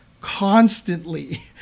constantly